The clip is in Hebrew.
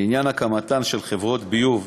לעניין הקמתן של חברות ביוב,